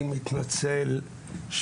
אני רוצה ליישר את